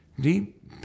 deep